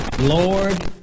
Lord